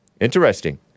Interesting